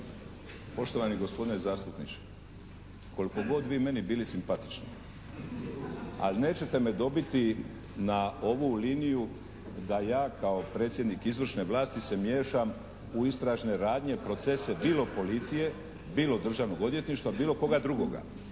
Poštovani gospodine zastupniče, koliko god vi meni bili simpatični ali nećete me dobiti na ovu liniju da ja kao predsjednik izvršne vlasti se miješam u istražne radnje, procese bilo policije, bilo Državnog odvjetništva, bilo koga drugoga.